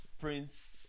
Prince